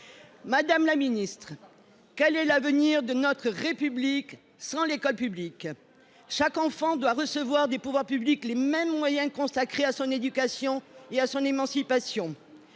Madame la ministre, quel est l’avenir de notre République sans l’école publique ? Chaque enfant doit recevoir des pouvoirs publics les mêmes moyens consacrés à son éducation et à son émancipation,